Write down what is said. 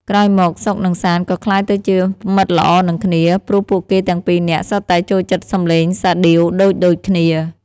ក្រោយមក សុខ និងសាន្ត ក៏ក្លាយទៅជាមិត្តល្អនឹងគ្នា ព្រោះពួកគេទាំងពីរនាក់សុទ្ធតែចូលចិត្តសំឡេងសាដៀវដូចៗគ្នា។